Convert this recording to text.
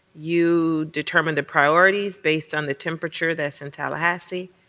you determine the priorities based on the temperature that's in tallahassee,